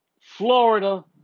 Florida